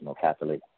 Catholic